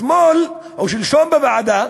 אתמול או שלשום בוועדה,